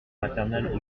maternel